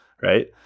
right